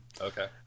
Okay